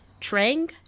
Trang